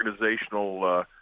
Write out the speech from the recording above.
organizational